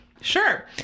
sure